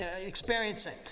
experiencing